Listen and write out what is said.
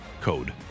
code